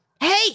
hey